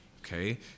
okay